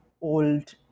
old